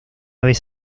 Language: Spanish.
vez